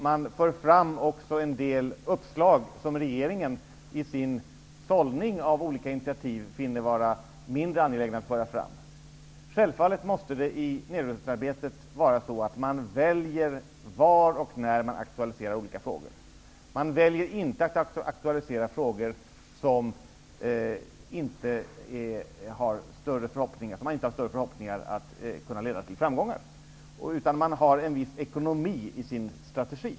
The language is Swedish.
Man för också fram en del uppslag som regeringen i sin sållning av olika initiativ finner vara mindre angelägna att föra fram. Självfallet måste man i nedrustningsarbetet välja var och när man aktualiserar olika frågor. Man väljer inte att aktualisera frågor som man inte har större förhoppningar om skall leda till framgångar, utan man har en viss ekonomi i sin strategi.